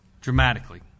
dramatically